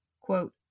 quote